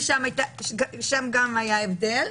שם גם היה הבדל.